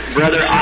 Brother